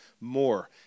more